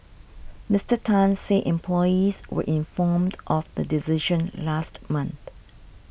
Mister Tan said employees were informed of the decision last month